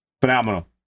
phenomenal